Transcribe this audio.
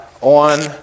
on